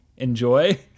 enjoy